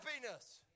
happiness